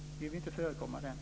Vi vill inte förekomma den.